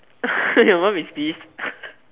your mom is pissed